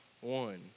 one